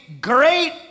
great